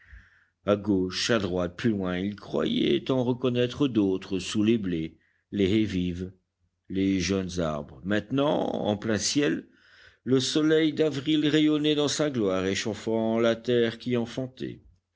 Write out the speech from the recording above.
a gauche à droite plus loin il croyait en reconnaître d'autres sous les blés les haies vives les jeunes arbres maintenant en plein ciel le soleil d'avril rayonnait dans sa gloire échauffant la terre qui